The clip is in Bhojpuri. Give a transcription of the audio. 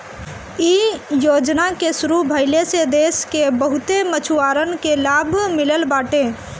इ योजना के शुरू भइले से देस के बहुते मछुआरन के लाभ मिलल बाटे